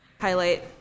highlight